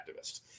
activist